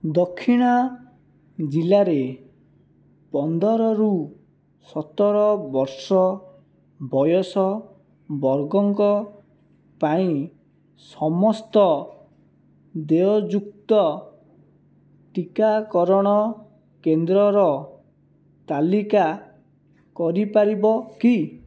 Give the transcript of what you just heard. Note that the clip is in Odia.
ଦକ୍ଷିଣା ଜିଲ୍ଲାରେ ପନ୍ଦରରୁ ସତର ବର୍ଷ ବୟସ ବର୍ଗଙ୍କ ପାଇଁ ସମସ୍ତ ଦେୟଯୁକ୍ତ ଟିକାକରଣ କେନ୍ଦ୍ରର ତାଲିକା କରିପାରିବ କି